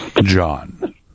John